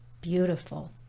beautiful